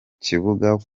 kibuga